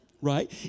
right